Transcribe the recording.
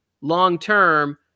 long-term